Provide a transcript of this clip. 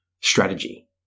strategy